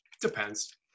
depends